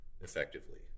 effectively